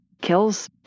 kills